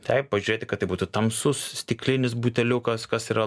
taip pažiūrėti kad tai būtų tamsus stiklinis buteliukas kas yra